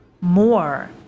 more